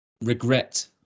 regret